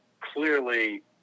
clearly